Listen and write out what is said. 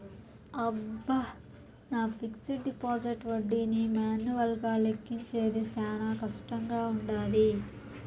అబ్బ, నా fixed deposit ఒడ్డీని మాన్యువల్గా లెక్కించేది శానా కష్టంగా వుండాది